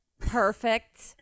Perfect